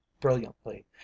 brilliantly